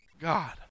God